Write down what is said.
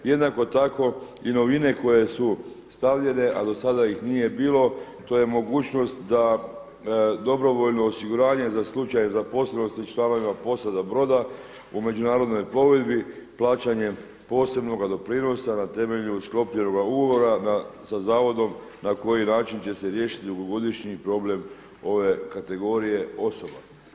Jednako tako i novine koje su stavljene a do sada ih nije bilo to je mogućnost da dobrovoljno osiguranje za slučaj zapošljivosti članovima posada broda u međunarodnoj plovidbi plaćanje posebnoga doprinosa na temelju sklopljenoga ugovora sa zavodom na koji način će se riješiti dugogodišnji problem ove kategorije osoba.